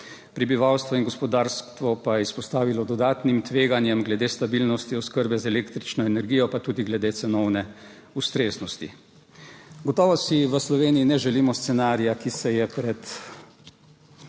prebivalstvo in gospodarstvo pa je izpostavilo dodatnim tveganjem glede stabilnosti oskrbe z električno energijo, pa tudi glede cenovne ustreznosti. Gotovo si v Sloveniji ne želimo scenarija, ki se je v